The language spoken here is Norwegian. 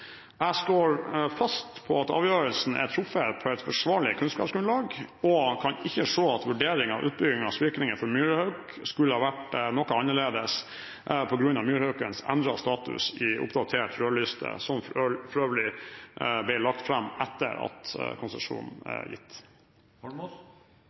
Jeg står fast på at avgjørelsen er truffet på et forsvarlig kunnskapsgrunnlag, og kan ikke se at vurderingen av utbyggingens virkninger for myrhauk skulle ha vært noe annerledes på grunn av myrhaukens endrede status i oppdatert rødliste, som for øvrig ble lagt fram etter at konsesjonen var gitt.